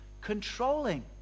controlling